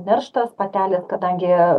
nerštas patelė kadangi